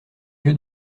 que